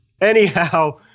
Anyhow